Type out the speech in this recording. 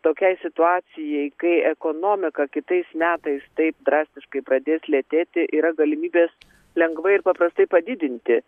tokiai situacijai kai ekonomika kitais metais taip drastiškai pradės lėtėti yra galimybės lengvai ir paprastai padidinti